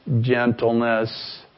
gentleness